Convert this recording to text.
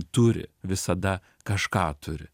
turi visada kažką turi